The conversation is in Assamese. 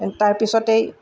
তাৰপিছতেই